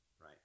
Right